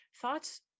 thoughts